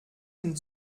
den